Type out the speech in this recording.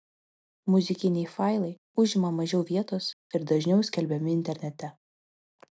muzikiniai failai užima mažiau vietos ir dažniau skelbiami internete